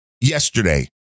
yesterday